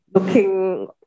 looking